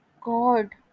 God